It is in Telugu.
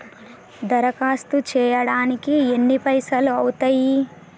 దరఖాస్తు చేయడానికి ఎన్ని పైసలు అవుతయీ?